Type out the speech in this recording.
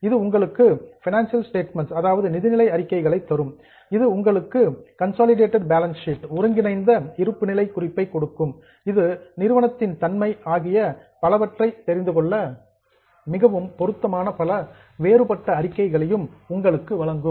இது உங்களுக்கு financial statements நிதிநிலை அறிக்கைகளைத் தரும் இது உங்களுக்கு கன்சாலிடேட்டட் பேலன்ஸ் ஷீட் ஒருங்கிணைந்த இருப்புநிலை குறிப்பை கொடுக்கும் இது நிறுவனம் மற்றும் நிறுவனத்தின் தன்மை ஆகிய பலவற்றை தெரிந்து கொள்ள மிகவும் பொருத்தமான பல வேறுபட்ட அறிக்கைகளையும் உங்களுக்கு வழங்கும்